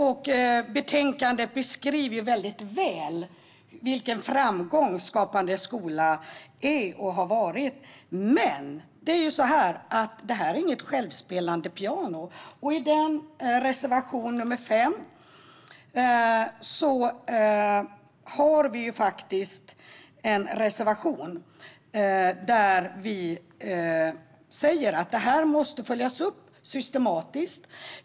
I betänkandet beskrivs väldigt väl vilken framgång Skapande skola är och har varit, men det är inget självspelande piano. I reservation nr 5 säger vi att detta måste följas upp systematiskt.